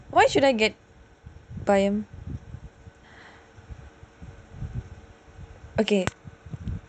why should I get the okay